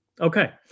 Okay